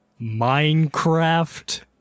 Minecraft